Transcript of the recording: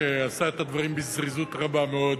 שעשה את הדברים בזריזות רבה מאוד,